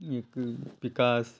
एक पिकास